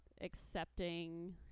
accepting